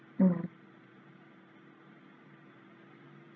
mm